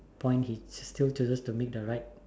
point he still chooses to make the right